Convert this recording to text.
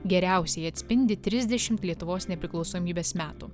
geriausiai atspindi trisdešimt lietuvos nepriklausomybės metų